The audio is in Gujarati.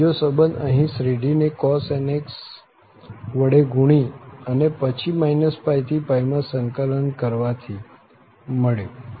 અને બીજો સંબંધ અહીં શ્રેઢીને cos nx વડે ગુણીને અને પછી -π થી માં સંકલન કરવા થી મળ્યો